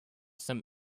some